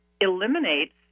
eliminates